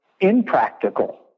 impractical